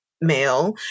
male